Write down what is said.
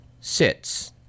sits